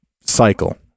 cycle